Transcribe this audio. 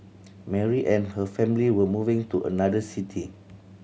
Mary and her family were moving to another city